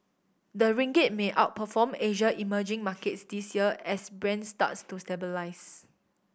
the ringgit may outperform Asia emerging markets this year as Brent starts to stabilise